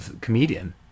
comedian